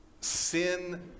sin